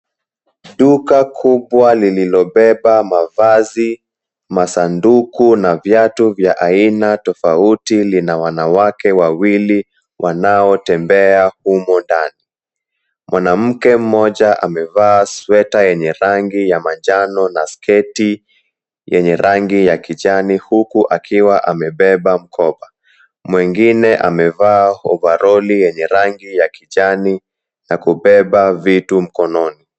Duka kubwa lililobeba mavazi, masanduku na viatu vya aina tofauti lina wanawake wawili wanaotembea humo ndani. Mwanamke mmoja amevaa sweta yenye rangi ya manjano na sketi yenye rangi ya kijani huku akiwa amebeba mkoba. Mwingine amevaa ovaroli yenye rangi ya kijani na kubeba vitu mkononi.